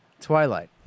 Twilight